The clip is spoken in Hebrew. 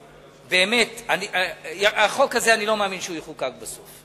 החוק הזה, אני לא מאמין שהוא יחוקק בסוף.